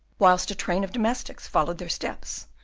whilst a train of domestics followed their steps,